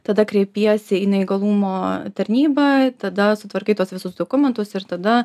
tada kreipiesi į neįgalumo tarnybą tada sutvarkai tuos visus dokumentus ir tada